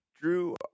Drew